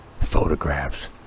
photographs